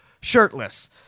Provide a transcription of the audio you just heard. shirtless